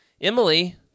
Emily